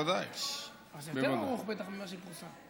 אז זה יותר ארוך ממה שפורסם.